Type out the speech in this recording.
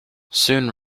soon